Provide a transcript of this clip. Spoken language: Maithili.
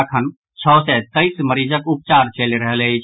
अखन छओ सय तेईस मरीजक उपचार चलि रहल अछि